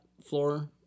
floor